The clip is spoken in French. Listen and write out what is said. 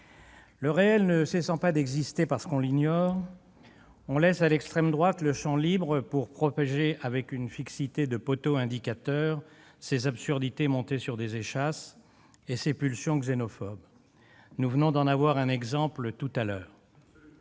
Le réel ne cessant pas d'exister parce qu'on l'ignore, on laisse à l'extrême droite le champ libre pour propager, avec une fixité de poteau indicateur, ses absurdités montées sur des échasses et ses pulsions xénophobes. Nous en avons eu un exemple tout à l'heure.